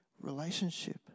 relationship